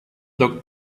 looked